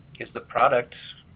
is the product